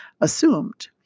assumed